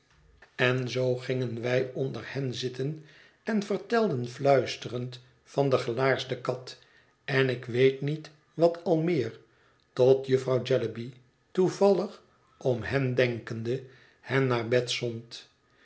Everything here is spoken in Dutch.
en zoo gingen wij onder hen zitten en vertelden fluisterend van de gelaarsde kat en ik weet niet wat al meer tot mevrouw jellyby toevallig om hen denkende hen naar bed zond